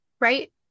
right